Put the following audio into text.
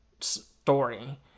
story